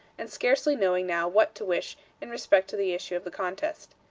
and scarcely knowing now what to wish in respect to the issue of the contest.